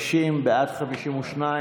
קבוצת סיעת ש"ס,